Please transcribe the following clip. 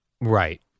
right